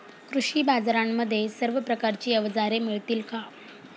कृषी बाजारांमध्ये सर्व प्रकारची अवजारे मिळतील का?